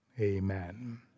Amen